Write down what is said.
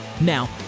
Now